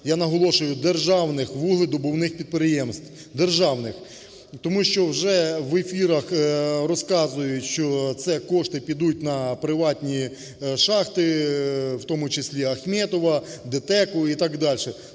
я наголошую, державних вугледобувних підприємств, державних. Тому що вже в ефірах розказують, що це кошти підуть на приватні шахти, в тому числі Ахметова, ДТЕКу і так далі.